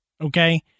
okay